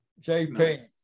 JP